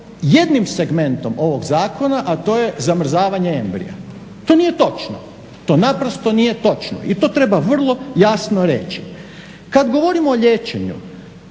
jednim segmentom ovog zakona, a to je zamrzavanje embrija. To nije točno, to naprosto nije točno i to treba vrlo jasno reći. Kad govorimo o liječenju